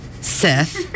Seth